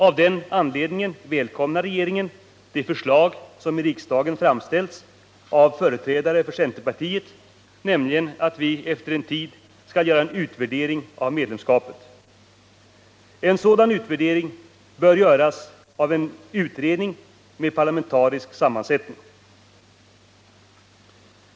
Av den anledningen välkomnar regeringen det förslag som framställts i riksdagen av företrädare för centerpartiet, nämligen att vi efter en tid skall göra en utvärdering av medlemskapet. En sådan utvärdering bör göras av en utredning med parlamentarisk sammansättning.